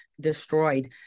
destroyed